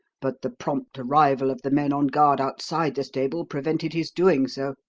but the prompt arrival of the men on guard outside the stable prevented his doing so.